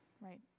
right